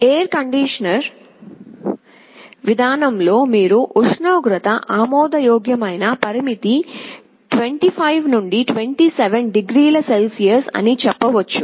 air conditioning విధానం లో మీరు ఉష్ణోగ్రత ఆమోదయోగ్యమైన పరిమితి 25 నుండి 27 డిగ్రీల సెల్సియస్ అని చెప్పవచ్చు